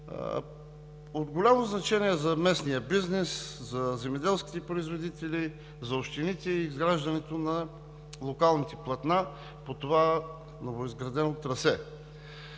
От голямо значение за местния бизнес, за земеделските производители, за общините е изграждането на локалните платна по това новоизградено трасе.